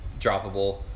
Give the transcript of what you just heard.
droppable